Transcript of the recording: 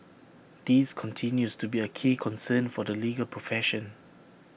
this continues to be A key concern for the legal profession